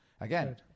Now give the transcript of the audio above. again